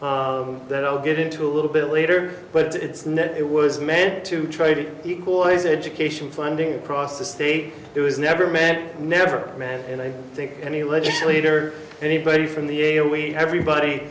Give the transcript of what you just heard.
amount that i'll get into a little bit later but it's not it was meant to try to equalize education funding cross the state it was never meant never met and i think any legislator anybody from the elite everybody